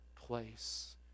place